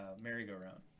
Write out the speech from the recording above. merry-go-round